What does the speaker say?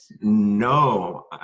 No